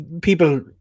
people